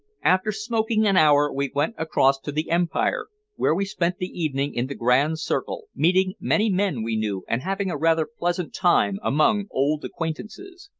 after smoking an hour we went across to the empire, where we spent the evening in the grand circle, meeting many men we knew and having a rather pleasant time among old acquaintances.